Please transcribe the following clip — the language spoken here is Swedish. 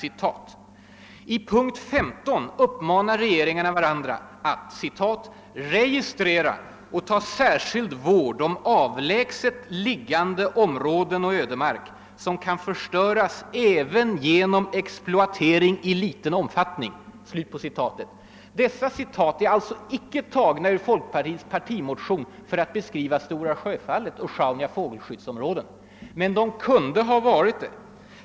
I punkt 15 uppmanar regeringarna varandra att »registrera och ta särskild vård om avlägset liggande områden och ödemark som kan förstöras även genom exploatering i liten omfattning». Dessa citat är alltså icke tagna ur folkpartiets partimotion för att beskriva Stora Sjöfallet och Sjaunjas fågelskyddsområde. De kunde ha varit det.